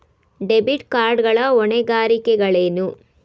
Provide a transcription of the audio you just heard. Debit card ಗಳ ಹೊಣೆಗಾರಿಕೆಗಳೇನು?